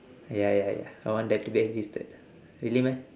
ya ya ya I want that to be existed really meh